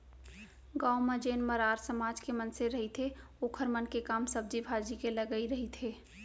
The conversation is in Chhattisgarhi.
गाँव म जेन मरार समाज के मनसे रहिथे ओखर मन के काम सब्जी भाजी के लगई रहिथे